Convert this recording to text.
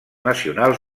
nacionals